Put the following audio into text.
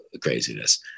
craziness